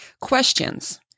questions